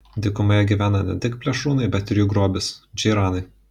dykumoje gyvena ne tik plėšrūnai bet ir jų grobis džeiranai